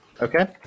Okay